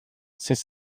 since